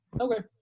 okay